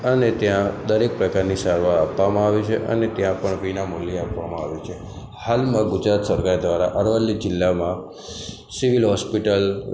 અને ત્યાં દરેક પ્રકારની સારવાર આપવામાં આવી છે અને ત્યાં પણ વિનાં મૂલ્યે આપવામાં આવે છે હાલમાં ગુજરાત સરકાર દ્વારા અરવલ્લી જિલ્લામાં સિવિલ હૉસ્પિટલ